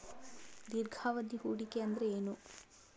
ದೀರ್ಘಾವಧಿ ಹೂಡಿಕೆ ಅಂದ್ರ ಏನು?